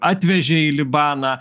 atvežė į libaną